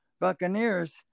Buccaneers